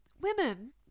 Women